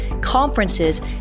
conferences